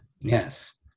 Yes